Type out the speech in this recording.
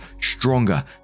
stronger